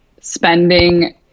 spending